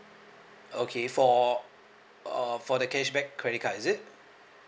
okay for uh for the cashback credit card is it